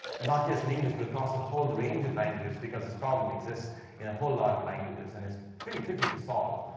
not just in english, but across the whole range of languages, because this problem exists in a whole lot of languages. and it's pretty tricky to solve.